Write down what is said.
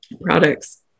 products